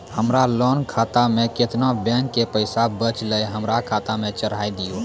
हमरा लोन खाता मे केतना बैंक के पैसा बचलै हमरा खाता मे चढ़ाय दिहो?